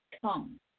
come